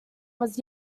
was